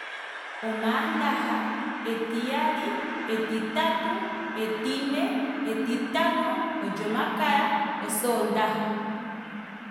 Omaandaha. etiyali. etitatu. etine. etitano. olyomakaya. osoondaha